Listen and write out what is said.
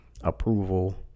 approval